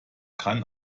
kann